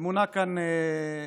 מונה כאן לאחרונה